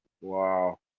Wow